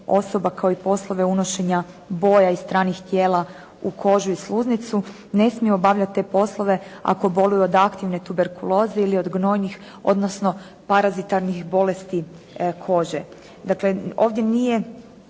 osoba kao i poslove unošenja boja i stranih tijela u kožu i sluznicu, ne smiju obavljati te poslove ako boluju od aktivne tuberkuloze ili od gnojnih odnosno parazitarnih bolesti kože.